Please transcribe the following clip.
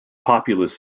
populous